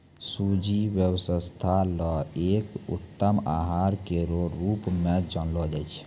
सूजी स्वास्थ्य ल एक उत्तम आहार केरो रूप म जानलो जाय छै